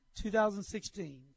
2016